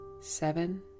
seven